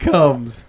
Comes